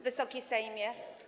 Wysoki Sejmie!